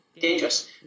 dangerous